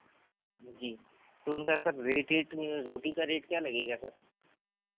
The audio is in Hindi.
जी तो उनका सर रेट एट रोटी का रेट क्या लगेगा सर